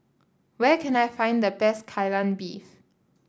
where can I find the best Kai Lan Beef